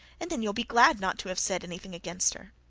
and then you'll be glad not to have said anything against her.